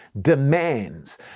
demands